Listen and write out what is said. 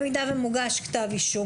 אם מוגש כתב אישום,